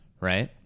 Right